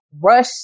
rush